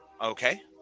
Okay